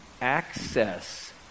access